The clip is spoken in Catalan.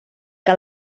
que